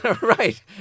Right